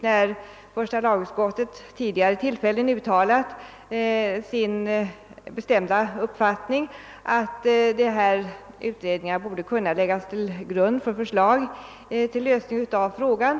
Första lagutskottet har vid tidigare tillfällen uttalat sin bestämda uppfattning, att dessa utredningar borde kunna läggas till grund för ett förslag till lösning av frågan.